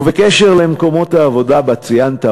ובקשר למקומות העבודה שציינת,